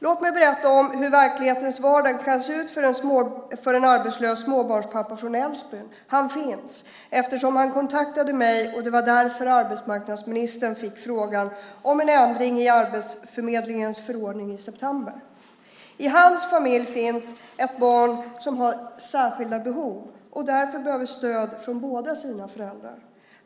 Låt mig berätta om hur verklighetens vardag kan se ut för en arbetslös småbarnspappa från Älvsbyn. Han finns, eftersom han kontaktade mig. Det var därför arbetsmarknadsministern fick frågan om en ändring i Arbetsförmedlingens förordning i september. I hans familj finns ett barn som har särskilda behov och därför behöver stöd från båda sina föräldrar.